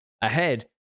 ahead